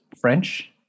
French